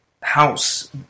house